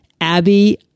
Abby